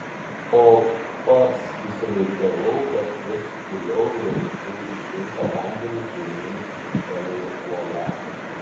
o pats įsivaizdavau kad vis giliau grimztu į šiltą vandenį žemyn palei uolą